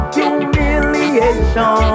humiliation